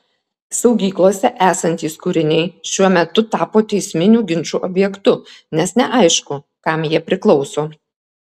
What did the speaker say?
saugyklose esantys kūriniai šiuo metu tapo teisminių ginčų objektu nes neaišku kam jie priklauso